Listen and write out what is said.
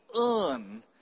earn